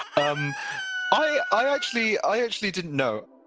um i i actually i actually didn't know